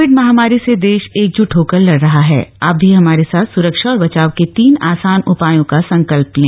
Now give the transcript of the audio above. कोवि महामारी से देश एकजुट होकर लड़ रहा हण आप भी हमारे साथ सुरक्षा और बचाव के तीन आसान उपायों का संकल्प लें